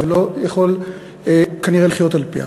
ולא יכול, כנראה, לחיות על-פיה,